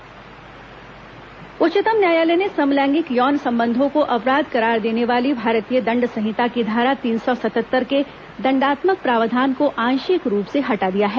उच्चतम न्यायालय समलैंगिक फैसला उच्चतम न्यायालय ने समलैंगिक यौन संबंधों को अपराध करार देने वाली भारतीय दंड संहिता की धारा तीन सौ सतहत्तर के दंडात्मक प्रावधान को आंशिक रूप से हटा दिया है